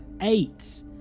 eight